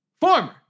former